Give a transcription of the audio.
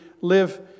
live